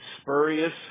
spurious